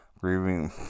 Grieving